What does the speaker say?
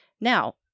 Now